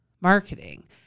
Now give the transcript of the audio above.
marketing